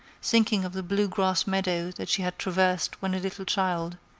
thinking of the blue-grass meadow that she had traversed when a little child,